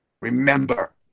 Remember